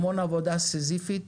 המון עבודה סיזיפית,